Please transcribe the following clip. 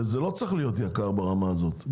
וזה לא צריך להיות יקר ברמה הזאת.